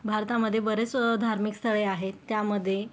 भारतामधे बरेच धार्मिक स्थळे आहेत त्यामधे